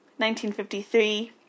1953